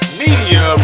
media